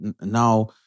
now